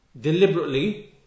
deliberately